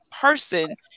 person